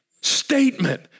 statement